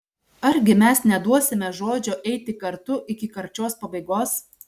argi mes neduosime žodžio eiti kartu iki karčios pabaigos